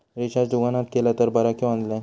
Recharge दुकानात केला तर बरा की ऑनलाइन?